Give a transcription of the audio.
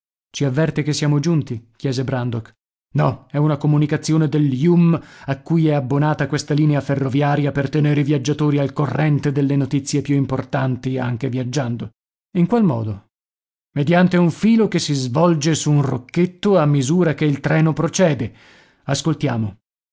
ci avverte che siamo giunti chiese brandok no è una comunicazione dell jum a cui è abbonata questa linea ferroviaria per tenere i viaggiatori al corrente delle notizie più importanti anche viaggiando in qual modo mediante un filo che si svolge su un rocchetto a misura che il treno procede ascoltiamo